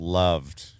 loved